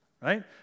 right